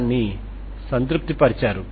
T0 సరే